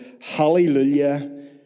Hallelujah